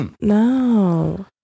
No